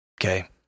Okay